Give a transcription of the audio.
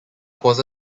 cause